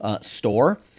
store